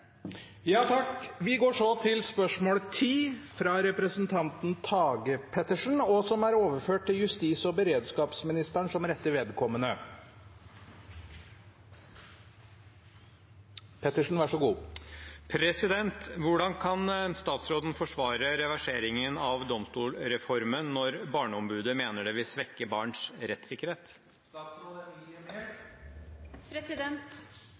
går vi til spørsmål 10. Dette spørsmålet, fra Tage Pettersen til barne- og familieministeren, er overført til justis- og beredskapsministeren som rette vedkommende. «Hvordan kan statsråden forsvare reverseringen av domstolsreformen, når Barneombudet mener det vil svekke barnas rettssikkerhet?» Barns rettssikkerhet